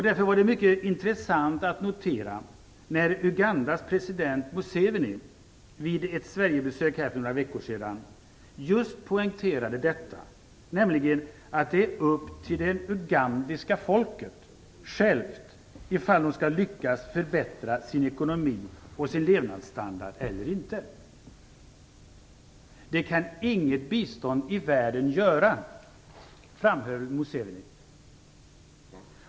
Därför var det mycket intressant att notera hur Ugandas president Museveni, vid sitt Sverigebesök för några veckor sedan, just poängterade detta, nämligen att det är upp till det ugandiska folket självt om det skall lyckas förbättra sin ekonomi och sin levnadsstandard eller inte. "Det kan inget bistånd i världen göra", framhöll Museveni.